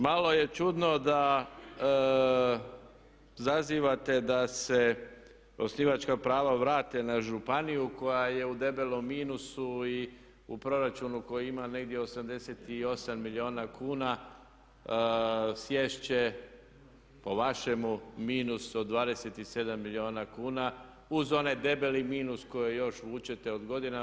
Malo je čudno da zazivate da se osnivačka prava vrate na županiju koja je u debelom minusu i u proračunu koji ima negdje 88 milijuna kuna sjest će po vašemu minus od 27 milijuna kuna, uz onaj debeli minus koji još vučete od godina.